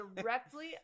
directly